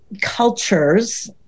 cultures